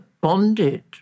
bonded